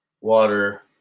water